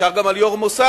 אפשר גם על יו"ר המוסד,